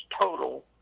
total